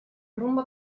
rumba